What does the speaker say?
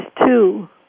two